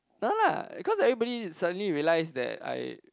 no lah because everybody suddenly realised that I